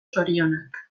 zorionak